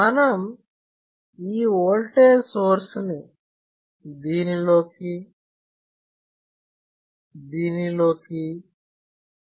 మనం ఈ voltage source ని దీనిలోకి 1 నోడ్ దీనిలోకి 2 నోడ్